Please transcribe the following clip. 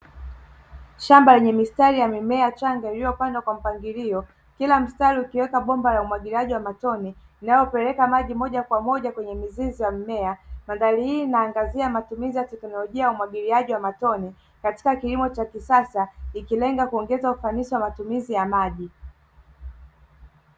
Shamba lenye mistari ya mimea changa iliyopandwa kwa mpangilio kila mstari ukiweka bomba la umwagiliaji wa matone linalopeleka maji moja kwa moja kwenye mizizi ya mmea. Mandhari hii inaangazia matumizi ya teknolojia ya umwagiliaji wa matone katika kilimo cha kisasa ikilenga kuongeza ufanisi wa matumizi ya maji.